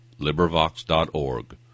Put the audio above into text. LibriVox.org